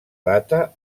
data